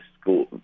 school